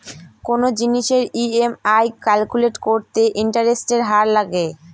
কোনো জিনিসের EMI calculate করতে ইন্টারেস্টের হার লাগে